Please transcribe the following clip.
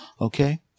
Okay